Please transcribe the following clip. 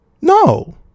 No